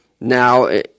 now